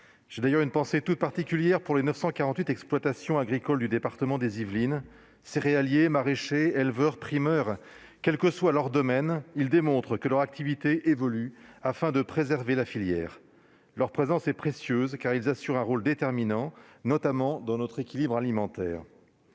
J'ai d'ailleurs une pensée toute particulière pour les 948 exploitations agricoles du département des Yvelines. Céréaliers, maraîchers, éleveurs, primeurs, quel que soit leur domaine, ils démontrent que leur activité évolue afin de préserver la filière. Leur présence est précieuse, car ils assurent un rôle déterminant, notamment dans notre équilibre alimentaire.